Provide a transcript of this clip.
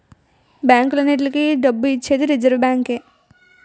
బ్యాంకులన్నింటికీ డబ్బు ఇచ్చేది రిజర్వ్ బ్యాంకే